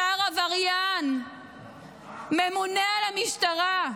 שר עבריין ממונה על המשטרה,